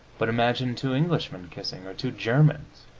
but imagine two englishmen kissing! or two germans!